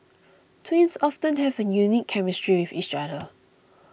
twins often have a unique chemistry with each other